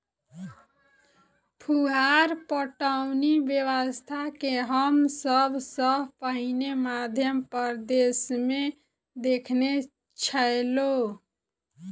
फुहार पटौनी व्यवस्था के हम सभ सॅ पहिने मध्य प्रदेशमे देखने छलौं